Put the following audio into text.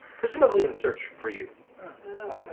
presumably in search for you.